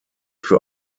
für